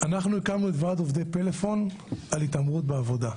אנחנו הקמנו את ועד עובדי פלאפון על התעמרות בעבודה.